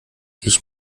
ich